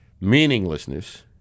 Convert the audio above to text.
meaninglessness